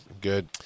good